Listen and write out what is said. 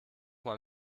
mein